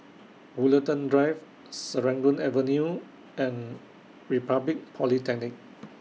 Woollerton Drive Serangoon Avenue and Republic Polytechnic